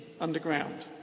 underground